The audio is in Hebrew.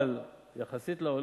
אבל יחסית לעולם,